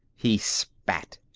he spat.